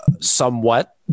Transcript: somewhat